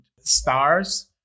stars